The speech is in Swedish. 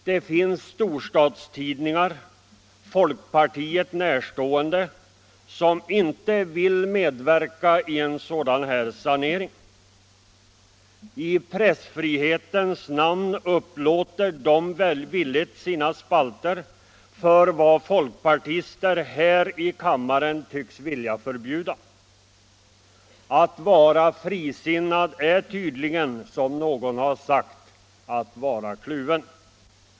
Det finns storstadstidningar, folkpartiet närstående, som inte vill medverka i sådan sanering. I pressfrihetens namn upplåter de villigt sina spalter för vad folkpartister här i kammaren tycks vilja förbjuda. Att vara frisinnad är tydligen, som någon har sagt, att vara kluven.